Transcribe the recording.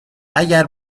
اگر